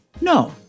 No